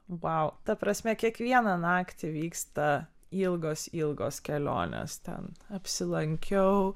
vau ta prasme kiekvieną naktį vyksta ilgos ilgos kelionės ten apsilankiau